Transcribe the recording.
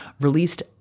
released